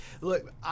look